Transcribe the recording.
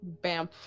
Bamf